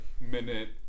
minute